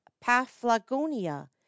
paphlagonia